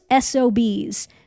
SOBs